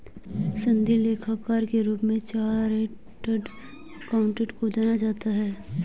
सनदी लेखाकार के रूप में चार्टेड अकाउंटेंट को जाना जाता है